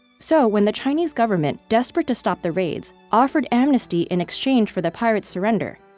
so, when the chinese government, desperate to stop the raids, offered amnesty in exchange for the pirates' surrender,